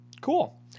Cool